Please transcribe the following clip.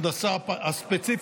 ההנדסה הספציפית.